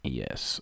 yes